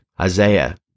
Isaiah